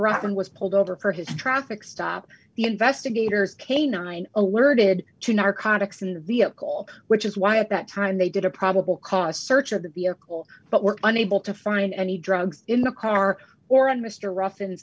rockland was pulled over for his traffic stop the investigators canine alerted to narcotics in the vehicle which is why at that time they did a probable cause search of the vehicle but were unable to find any drugs in the car or on mr r